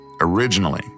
Originally